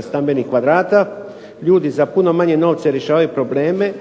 stambenih kvadrata. Ljudi za puno novce manje rješavaju probleme